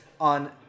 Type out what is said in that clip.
on